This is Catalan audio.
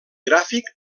gràfic